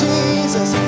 Jesus